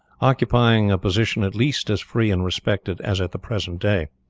occupying a position at least as free and respected as at the present day.